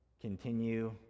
Continue